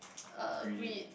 uh greed